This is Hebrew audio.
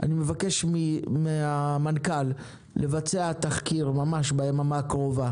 אני מבקש מהמנכ"ל לבצע תחקיר ביממה הקרובה